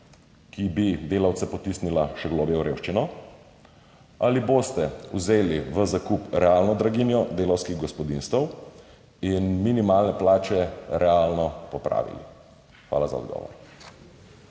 ki bi delavce potisnila še globlje v revščino, ali boste vzeli v zakup realno draginjo delavskih gospodinjstev in minimalne plače realno popravili? Hvala za odgovor.